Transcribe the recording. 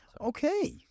Okay